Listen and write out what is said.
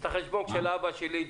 את החשבון של אבא שלי,